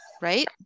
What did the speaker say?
Right